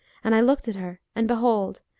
and i looked at her, and behold,